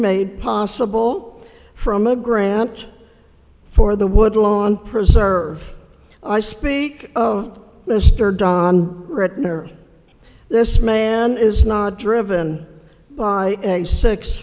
made possible from a grant for the woodlawn preserve i speak of mr don ratner this man is not driven by a six